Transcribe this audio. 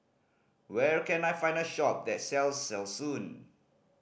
where can I find a shop that sells Selsun